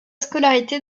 scolarité